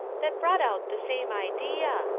that brought out the same idea.